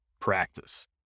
practice